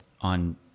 on